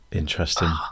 interesting